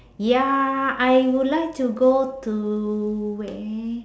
ya I would like to go to where